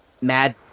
Mad